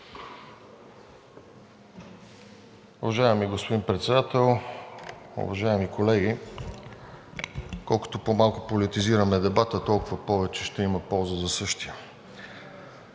Уважаеми господин Председател, уважаеми колеги! Колкото по-малко политизираме дебата, толкова повече ще има полза за същия.